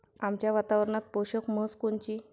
आमच्या वातावरनात पोषक म्हस कोनची?